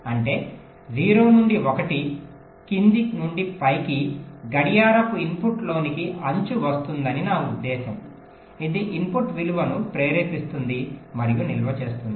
అంటే 0 నుండి 1 కింది నుండి పైకి గడియారపు ఇన్పుట్లోనికి అంచు వస్తుందని నా ఉద్దేశ్యం ఇది ఇన్పుట్ విలువను ప్రేరేపిస్తుంది మరియు నిల్వ చేస్తుంది